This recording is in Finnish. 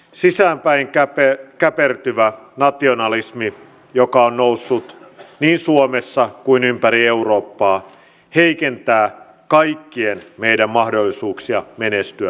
sisäänpäin käpertyvä nationalismi joka on noussut niin suomessa kuin ympäri eurooppaa heikentää kaikkien meidän mahdollisuuksia menestyä ja onnistua